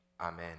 Amen